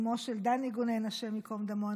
אימו של דני גונן, השם ייקום דמו.